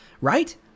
right